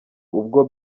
ubwo